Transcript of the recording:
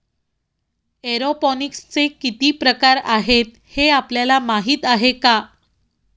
एरोपोनिक्सचे किती प्रकार आहेत, हे आपल्याला माहित आहे का?